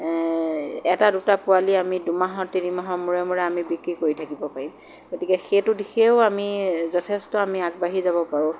এটা দুটা পোৱালি আমি দুমাহৰ তিনিমাহৰ মূৰে মূৰে আমি বিক্ৰী কৰি থাকিব পাৰিম গতিকে সেইটো দিশেও আমি যথেষ্ট আমি আগবাঢ়ি যাব পাৰোঁ